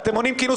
ואתם מונעים כינוס